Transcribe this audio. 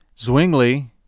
Zwingli